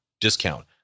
discount